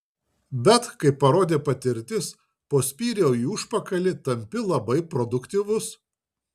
bet kaip parodė patirtis po spyrio į užpakalį tampi labai produktyvus